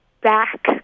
back